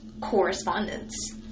correspondence